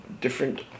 different